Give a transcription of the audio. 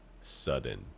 sudden